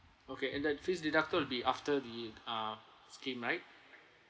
okay and that fees deducted will be after the ah scheme right